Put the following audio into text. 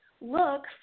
look